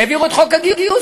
העבירו את חוק הגיוס,